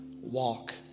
walk